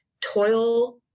toil